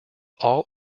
all